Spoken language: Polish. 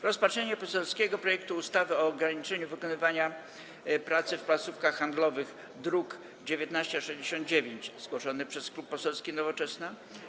Rozpatrzenie poselskiego projektu ustawy o ograniczeniu wykonywania pracy w placówkach handlowych, druk nr 1969, zgłoszony przez Klub Poselski Nowoczesna,